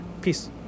peace